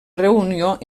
reunió